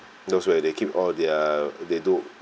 those where they keep all their they do